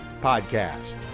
Podcast